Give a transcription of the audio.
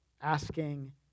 asking